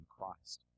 Christ